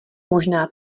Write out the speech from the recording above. možná